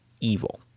evil